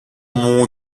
mon